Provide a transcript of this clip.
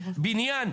בניין,